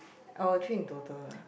our three in total